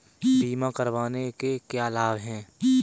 बीमा करवाने के क्या क्या लाभ हैं?